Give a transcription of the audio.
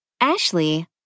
Ashley